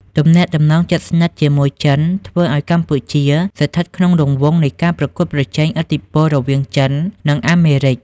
ទំនាក់ទំនងជិតស្និទ្ធជាមួយចិន ធ្វើឱ្យកម្ពុជាស្ថិតក្នុងរង្វង់នៃការប្រកួតប្រជែងឥទ្ធិពលរវាងចិន និងអាមេរិក។